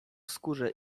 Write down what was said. skórze